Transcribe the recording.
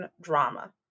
drama